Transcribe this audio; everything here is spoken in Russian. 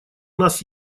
нас